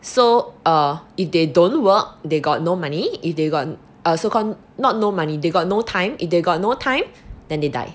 so err if they don't work they got no money if they got err so call not no money they got no time if they got no time then they die